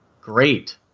Great